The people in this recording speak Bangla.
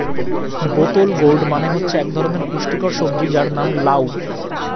বোতল গোর্ড মানে হচ্ছে এক ধরনের পুষ্টিকর সবজি যার নাম লাউ